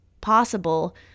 possible